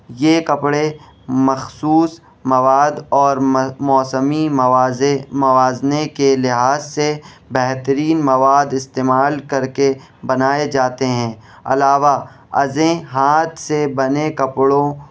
یہ کپڑے مخصوص مواد اور موسمی موازہ موازنے کے لحاظ سے بہترین مواد استعمال کر کے بنائے جاتے ہیں علاوہ ازیں ہاتھ سے بنے کپڑوں